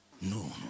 no